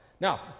Now